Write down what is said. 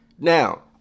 Now